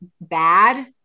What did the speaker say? bad